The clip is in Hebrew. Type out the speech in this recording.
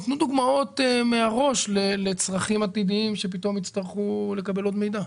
תציגו דוגמאות לצרכים עתידיים שפתאום יצטרכו לקבל עוד מידע.